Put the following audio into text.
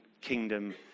kingdom